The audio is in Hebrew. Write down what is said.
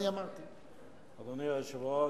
אדוני היושב-ראש,